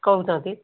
କହୁଛନ୍ତି